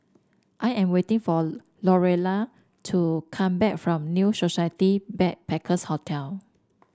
I am waiting for Lorelei to come back from New Society Backpackers' Hotel